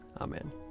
Amen